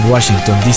Washington